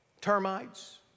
termites